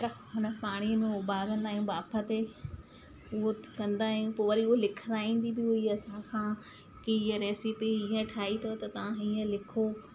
truck हुन पाणीअ में ओॿारंदा आहियूं ॿाफ़ ते उहो कंदा आहियूं पोइ वरी उहो लिखराईंदी बि हुई असांखा की हींअ रेसिपी ईअं ठाही अथव त हीअं लिखो